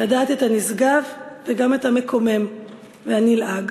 לדעת את הנשגב וגם את המקומם והנלעג.